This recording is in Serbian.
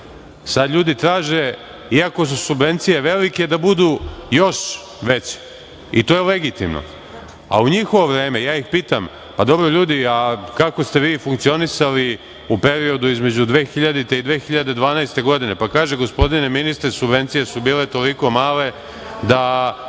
Sada ljudi traže, iako su subvencije velike da budu još veće i to je legitimno, ali u njihovo vreme, ja ih pitam, pa, dobro ljudi kako ste vi funkcionisali u periodu između 2000. godine i 2012. godine? Pa, kaže, gospodine ministre, subvencije su bile toliko male, da